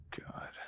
god